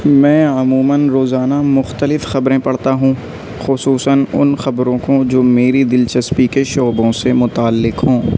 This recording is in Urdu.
میں عموماً روزانہ مختلف خبریں پڑھتا ہوں خصوصاً ان خبروں کو جو میری دلچسپی کے شعبوں سے متعلق ہوں